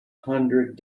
hundred